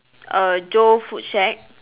err Joe food shack